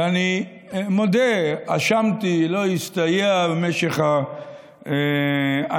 אני מודה, אשמתי, לא הסתייע במשך השנים.